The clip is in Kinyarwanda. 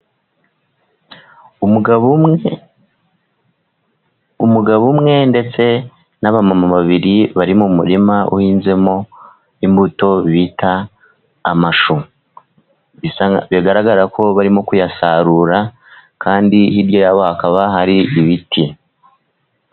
Umugabo umwe, umugabo umwe ndetse n'aba mama babiri bari mu murima uhinzemo imbuto bita amashu, bigaragara ko barimo kuyasarura kandi hirya yabo hakaba hari ibiti.